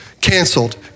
canceled